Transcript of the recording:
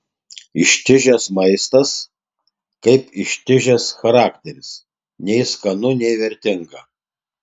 ištižęs maistas kaip ištižęs charakteris nei skanu nei vertinga